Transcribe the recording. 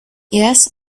yes